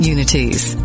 Unity's